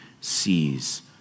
sees